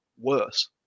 worse